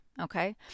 Okay